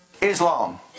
Islam